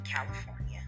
California